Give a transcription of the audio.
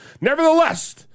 Nevertheless